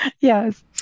Yes